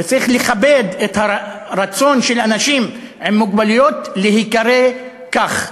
וצריך לכבד את הרצון של אנשים עם מוגבלויות להיקרא כך.